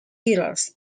errors